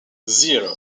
zero